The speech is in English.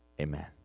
amen